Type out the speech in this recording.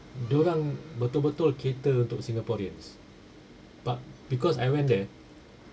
dorang betul-betul cater untuk singaporeans but because I went there